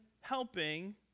helping